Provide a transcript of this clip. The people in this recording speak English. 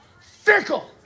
Fickle